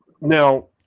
Now